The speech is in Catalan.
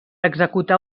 executar